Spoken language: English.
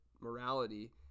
morality